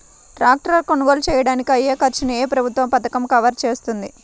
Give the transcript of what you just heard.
Tractor కొనుగోలు చేయడానికి అయ్యే ఖర్చును ఏ ప్రభుత్వ పథకం కవర్ చేస్తుంది?